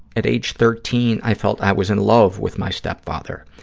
at age thirteen, i felt i was in love with my stepfather.